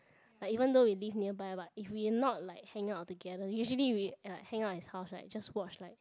like even though we live nearby but if we not like hanging out together usually we like usually hang out at his house right just watch like